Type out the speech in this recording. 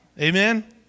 Amen